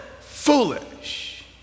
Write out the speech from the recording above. foolish